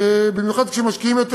במיוחד כשמשקיעים יותר,